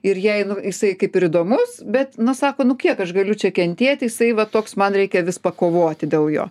ir jai jisai kaip ir įdomus bet na sako nu kiek aš galiu čia kentėti jisai va toks man reikia vis pakovoti dėl jo